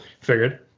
figured